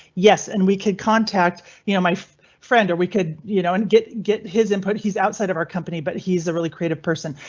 yes, and we could contact you, know my friend or we could you know and get get his input. he's outside of our company but he's a really creative person.